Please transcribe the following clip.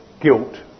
guilt